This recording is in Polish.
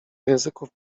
języków